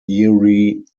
eerie